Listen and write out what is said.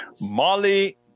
Molly